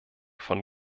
von